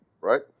right